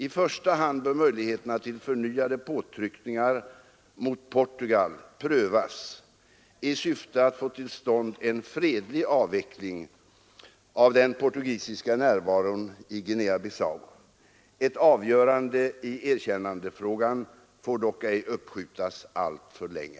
I första hand bör möjligheterna till förnyade påtryckningar mot Portugal prövas i syfte att få till stånd en fredlig avveckling av den portugisiska närvaron i Guinea-Bissau. Ett avgörande i erkännandefrågan får dock ej uppskjutas alltför länge.